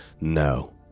No